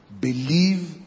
believe